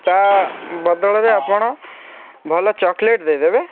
ତା ବଦଳରେ ଆପଣ ଭଲ ଚକଲେଟ୍ ଦେଇଦେବେ